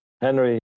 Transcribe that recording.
Henry